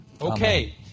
Okay